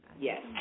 Yes